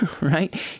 right